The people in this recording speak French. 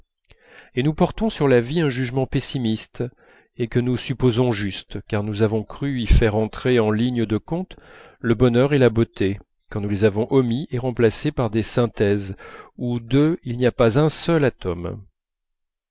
et nous portons sur la vie un jugement pessimiste et que nous supposons juste car nous avons cru y faire entrer en ligne de compte le bonheur et la beauté quand nous les avons omis et remplacés par des synthèses où d'eux il n'y a pas un seul atome